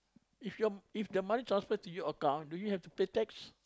if your if the money transfer into your account do you have to pay tax